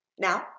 Now